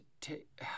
take